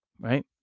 right